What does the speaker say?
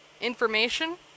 Information